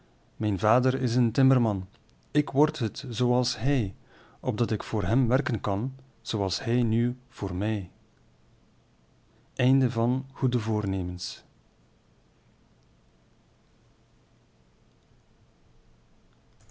mijn vader is een timmerman ik word het zooals hij opdat ik voor hem werken kan zooals hij nu voor mij